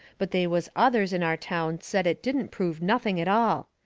but they was others in our town said it didn't prove nothing at all.